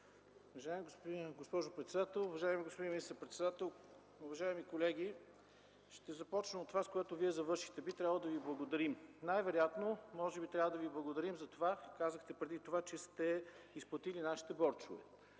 Уважаема госпожо председател, уважаеми господин министър-председател, уважаеми колеги! Ще започна от това, с което Вие завършихте – би трябвало да Ви благодарим. Най-вероятно може би трябва да Ви благодарим – казахте преди това, че сте изплатили нашите борчове.